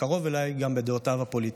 וקרוב אליי גם בדעותיו הפוליטיות.